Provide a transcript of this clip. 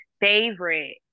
favorite